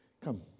Come